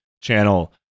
channel